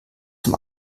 zum